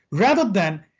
rather than,